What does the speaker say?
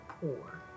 poor